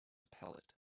palate